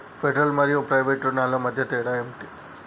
Federal మరియు private రుణాల మధ్య తేడా ఏమిటి?